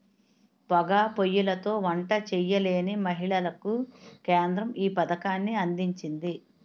పోగా పోయ్యిలతో వంట చేయలేని మహిళలకు కేంద్రం ఈ పథకాన్ని అందించింది